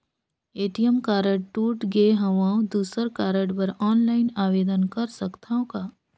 ATM card टूट गे हववं दुसर कारड बर ऑनलाइन आवेदन कर सकथव का?